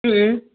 ம்